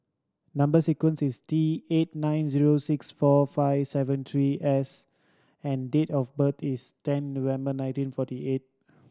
number sequence is T eight nine zero six four five seven three S and date of birth is ten November nineteen forty eight